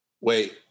wait